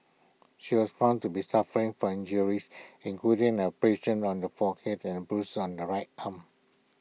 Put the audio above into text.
she was found to be suffering from injuries including abrasion on the forehead and A bruise on the right arm